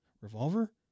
revolver